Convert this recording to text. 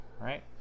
right